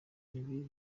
ibi